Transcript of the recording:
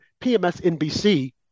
PMSNBC